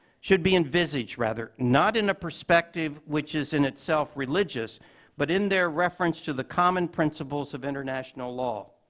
should be envisaged, rather, not in a perspective which is in itself religious but in their reference to the common principles of international law.